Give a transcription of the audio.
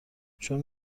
چون